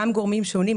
גם גורמים שונים,